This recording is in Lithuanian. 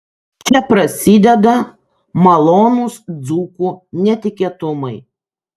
čia prasideda malonūs dzūkų netikėtumai